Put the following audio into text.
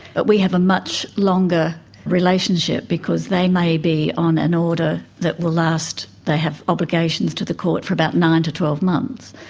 but we have a much longer relationship because they may be on an order that will last, they have obligations to the court for about nine to twelve months.